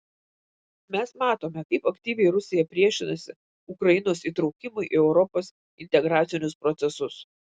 mes matome kaip aktyviai rusija priešinasi ukrainos įtraukimui į europos integracinius procesus